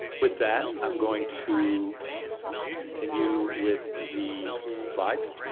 with that, i'm going to continue with the slides.